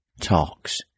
talks